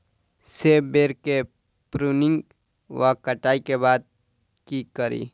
सेब बेर केँ प्रूनिंग वा कटाई केँ बाद की करि?